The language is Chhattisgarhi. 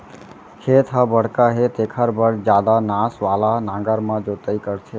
खेत ह बड़का हे तेखर बर जादा नास वाला नांगर म जोतई करथे